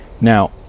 Now